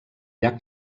llac